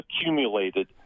accumulated